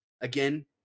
again